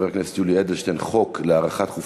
חבר הכנסת יולי אדלשטיין,